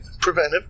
preventive